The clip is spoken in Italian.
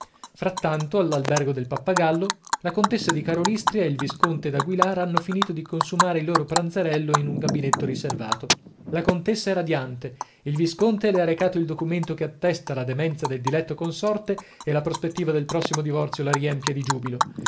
frattanto all'albergo del pappagallo la contessa di karolystria ed il visconte daguilar hanno finito di consumare il loro pranzerello in un gabinetto riservato la contessa è radiante il visconte le ha recato il documento che attesta la demenza del diletto consorte e la prospettiva del prossimo divorzio la riempie di giubilo